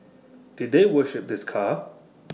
did they worship this car